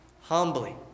humbly